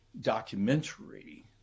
documentary